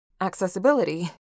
accessibility